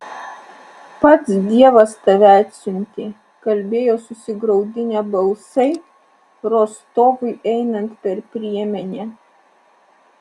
pats dievas tave atsiuntė kalbėjo susigraudinę balsai rostovui einant per priemenę